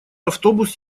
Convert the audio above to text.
автобус